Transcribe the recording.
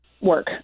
work